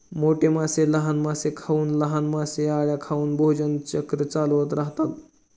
मोठे मासे लहान मासे खाऊन, लहान मासे अळ्या खाऊन भोजन चक्र चालवत राहतात